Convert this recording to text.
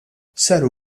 saru